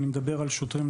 אני מדבר על שוטרים,